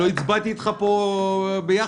לא הצבעתי איתך פה יחד?